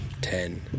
ten